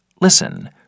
Listen